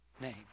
name